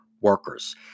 workers